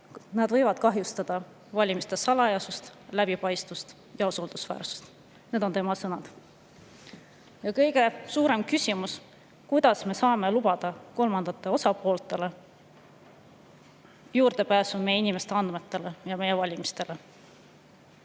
võivad kahjustada valimiste salajasust, läbipaistvust ja usaldusväärsust. Need on tema sõnad. Kõige suurem küsimus on: kuidas me saame lubada kolmandatele osapooltele juurdepääsu meie inimeste andmetele ja meie valimistele?